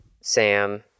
sam